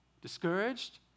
discouraged